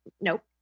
Nope